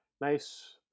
nice